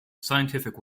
scientific